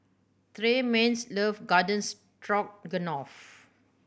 Tremayne's love Garden Stroganoff